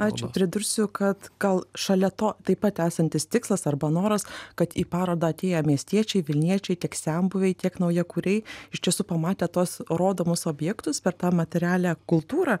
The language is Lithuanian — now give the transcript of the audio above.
ačiū pridursiu kad gal šalia to taip pat esantis tikslas arba noras kad į parodą atėję miestiečiai vilniečiai tiek senbuviai tiek naujakuriai iš tiesų pamatę tuos rodomus objektus per tą materialią kultūrą